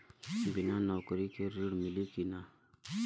बिना नौकरी के ऋण मिली कि ना?